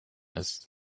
ist